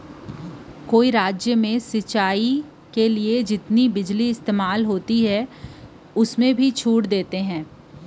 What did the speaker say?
कोनो राज म सिचई बर बिजली के जतना खपत होथे तेन म छूट देथे